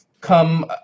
come